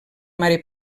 mare